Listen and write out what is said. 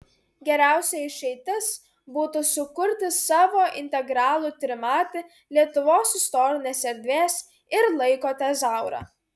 geriausia išeitis būtų sukurti savo integralų trimatį lietuvos istorinės erdvės ir laiko tezaurą